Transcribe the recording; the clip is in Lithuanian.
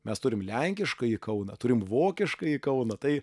mes turim lenkiškąjį kauną turim vokiškąjį kauną tai